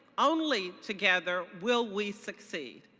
only together will we succeed.